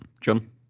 John